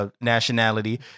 Nationality